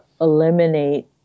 eliminate